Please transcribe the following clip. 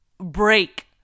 break